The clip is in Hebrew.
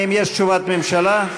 האם יש תשובת ממשלה?